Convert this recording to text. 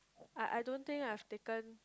I I don't think I've taken